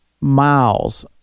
miles